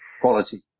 Quality